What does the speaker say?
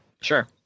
Sure